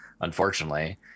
Unfortunately